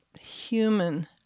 human